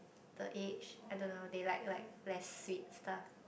the age I don't know they like like less sweet stuff